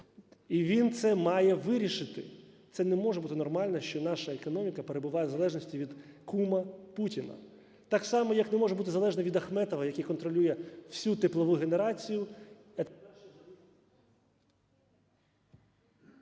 І він це має вирішити. Це не може бути нормально, що наша економіка перебуває в залежності від кума Путіна. Так само, як не може бути залежна від Ахметова, який контролює всю теплову генерацію…